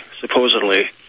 supposedly